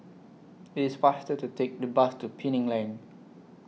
IT IS faster to Take The Bus to Penang Lane